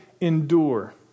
endure